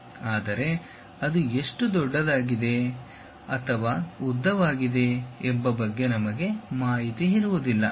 ಆದರೆ ಅದು ಎಷ್ಟು ದೊಡ್ಡದಾಗಿದೆ ಅಥವಾ ಉದ್ದವಾಗಿದೆ ಎಂಬ ಬಗ್ಗೆ ನಮಗೆ ಮಾಹಿತಿ ಇರುವುದಿಲ್ಲ